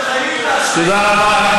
תודה רבה.